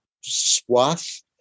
swath